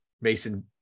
Mason